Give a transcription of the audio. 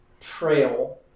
trail